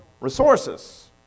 Resources